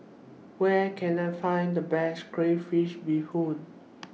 Where Can I Find The Best Crayfish Beehoon